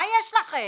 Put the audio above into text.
מה יש לכם?